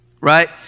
right